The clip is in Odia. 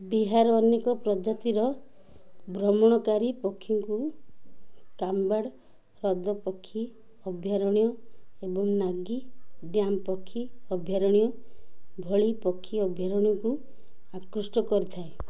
ବିହାର ଅନେକ ପ୍ରଜାତିର ଭ୍ରମଣକାରୀ ପକ୍ଷୀଙ୍କୁ କାମ୍ବାଡ଼ ହ୍ରଦ ପକ୍ଷୀ ଅଭୟାରଣ୍ୟ ଏବଂ ନାଗୀ ଡ୍ୟାମ୍ ପକ୍ଷୀ ଅଭୟାରଣ୍ୟ ଭଳି ପକ୍ଷୀ ଅଭୟାରଣ୍ୟକୁ ଆକୃଷ୍ଟ କରିଥାଏ